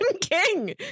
King